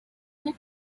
were